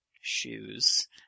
shoes